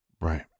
Right